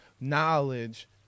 knowledge